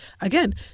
again